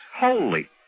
Holy